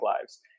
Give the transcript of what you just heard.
lives